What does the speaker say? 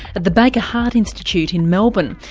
at the baker heart institute in melbourne,